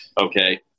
okay